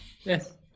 Yes